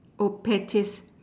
oh pettiest